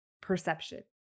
perception